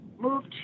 moved